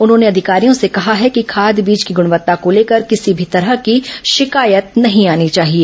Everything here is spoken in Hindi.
उन्होंने अधिकारियों से कहा है कि खाद बीज की गृणवत्ता को लेकर किसी भी तरह की शिकायत नहीं आनी चाहिए